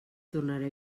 tornaré